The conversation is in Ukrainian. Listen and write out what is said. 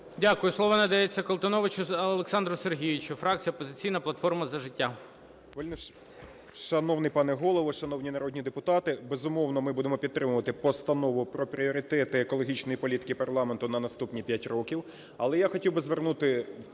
Дякую. Слово надається Колтуновичу Олександру Сергійовичу, фракція "Опозиційна платформа – За життя".